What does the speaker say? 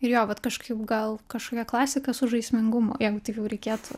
ir jo vat kažkaip gal kažkokia klasika su žaismingumu jeigu taip jau reikėtų